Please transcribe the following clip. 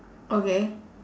okay